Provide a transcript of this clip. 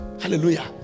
Hallelujah